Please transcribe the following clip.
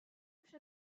jestem